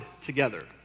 together